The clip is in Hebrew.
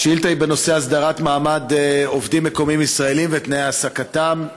השאילתה היא בנושא הסדרת מעמד עובדים מקומיים ישראלים ותנאי העסקתם.